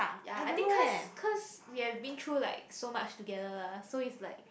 yea I think cause cause we have been through like so much together lah so it's like